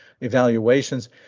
evaluations